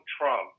Trump